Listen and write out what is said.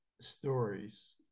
stories